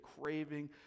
craving